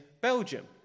Belgium